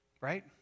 right